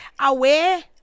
Aware